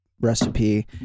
recipe